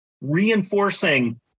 reinforcing